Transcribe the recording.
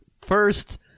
First